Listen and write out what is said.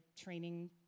training